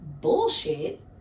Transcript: bullshit